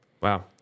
Wow